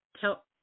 Tell